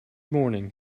morning